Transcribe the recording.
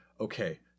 Okay